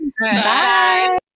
Bye